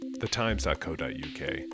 thetimes.co.uk